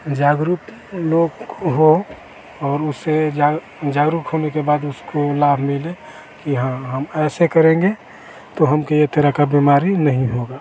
जागरूक लोग हों और उससे जाग जागरूक होने के बाद उसको लाभ मिले कि हाँ हम ऐसे करेंगे तो हमको ये तरह का बीमारी नहीं होगा